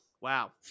Wow